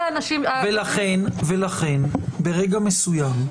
ולכן ברגע מסוים,